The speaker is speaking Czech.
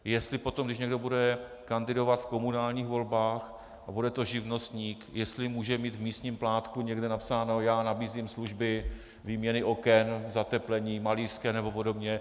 Jestli potom, když někdo bude kandidovat v komunálních volbách a bude to živnostník, jestli může mít někde v místním plátku napsáno: já nabízím služby, výměny oken, zateplení, malířské nebo podobně;